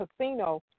casino